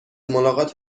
ملاقات